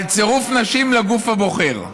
על צירוף נשים לגוף הבוחר.